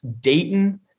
Dayton